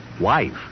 Wife